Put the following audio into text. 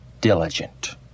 diligent